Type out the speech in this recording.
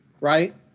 right